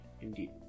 Indeed